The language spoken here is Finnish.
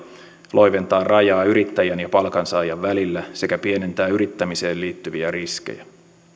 loiventaa rajaa yrittäjän ja palkansaajan välillä sekä pienentää yrittämiseen liittyviä riskejä